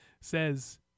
says